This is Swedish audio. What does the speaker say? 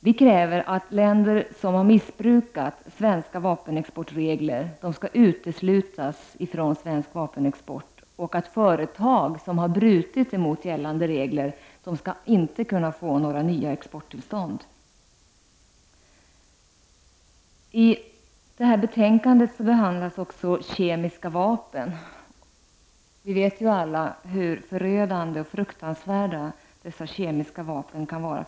Vi kräver att länder som har missbrukat svenska vapenexportregler skall uteslutas från svensk vapenexport och att företag som har brutit mot gällande regler inte skall kunna få några nya exporttillstånd. I detta betänkande behandlas också kemiska vapen. Vi vet alla hur fruktansvärda dessa vapen kan vara.